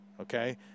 Okay